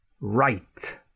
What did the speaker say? right